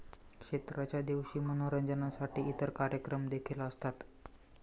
क्षेत्राच्या दिवशी मनोरंजनासाठी इतर कार्यक्रम देखील असतात